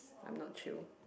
I am not chill